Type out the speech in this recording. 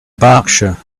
berkshire